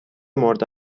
مورد